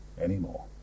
anymore